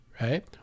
right